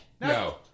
No